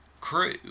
crew